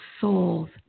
souls